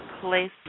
place